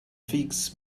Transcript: figs